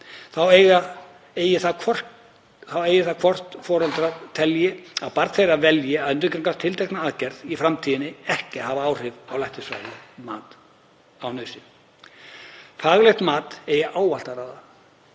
Þá eigi það hvort foreldrar telji að barn þeirra velji að undirgangast tiltekna aðgerð í framtíðinni ekki að hafa áhrif á læknisfræðilegt mat á nauðsyn. Faglegt mat eigi ávallt að ráða.